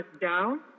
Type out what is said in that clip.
down